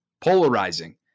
Polarizing